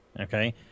Okay